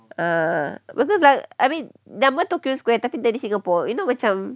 uh because like I mean nama tokyo square tapi dari singapore you know macam